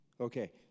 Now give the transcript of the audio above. Okay